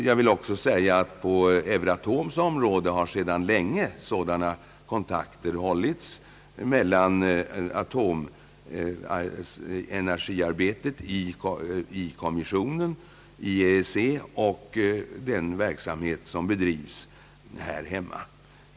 Jag vill också säga att på Euratoms område har sedan länge sådana kontakter hållits mellan atomenergiarbetet i kommissionen, i EEC och den verksamhet som bedrivs här hemma.